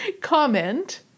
comment